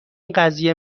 قضیه